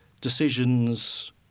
decisions